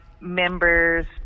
members